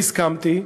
והסכמתי,